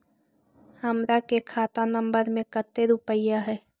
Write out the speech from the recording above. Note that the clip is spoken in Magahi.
हमार के खाता नंबर में कते रूपैया है?